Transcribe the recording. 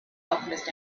alchemist